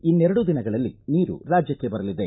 ಇನ್ನೆರಡು ದಿನಗಳಲ್ಲಿ ನೀರು ರಾಜ್ಯಕ್ಕೆ ಬರಲಿದೆ